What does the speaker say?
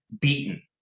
Beaten